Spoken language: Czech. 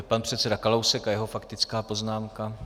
Pan předseda Kalousek a jeho faktická poznámka.